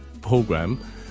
program